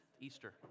Easter